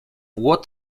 what